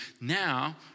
Now